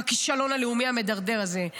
הכישלון הלאומי המדרדר הזה,